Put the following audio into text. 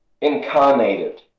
incarnated